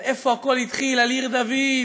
על איפה הכול התחיל, על עיר דוד,